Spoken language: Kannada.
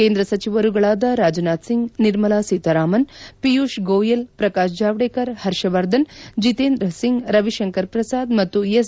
ಕೇಂದ್ರ ಸಚಿವರುಗಳಾದ ರಾಜನಾಥ್ ಸಿಂಗ್ ನಿರ್ಮಲಾ ಸೀತಾರಾಮನ್ ಪಿಯೂಷ್ ಗೋಯಲ್ ಪ್ರಕಾಶ್ ಜಾವಡೇಕರ್ ಪರ್ಷವರ್ಧನ್ ಜಿತೇಂದ್ರ ಸಿಂಗ್ ರವಿಶಂಕರ್ ಪ್ರಸಾದ್ ಮತ್ತು ಎಸ್